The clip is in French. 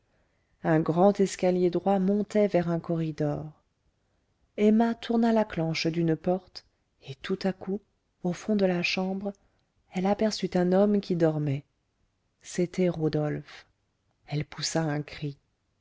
un grand escalier droit montait vers un corridor emma tourna la clenche d'une porte et tout à coup au fond de la chambre elle aperçut un homme qui dormait c'était rodolphe elle poussa un cri